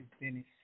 Dennis